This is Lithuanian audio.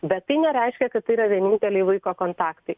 bet tai nereiškia kad yra vieninteliai vaiko kontaktai